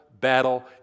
battle